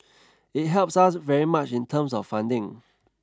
it helps us very much in terms of funding